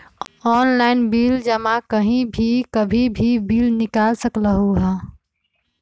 Online bill जमा कहीं भी कभी भी बिल निकाल सकलहु ह?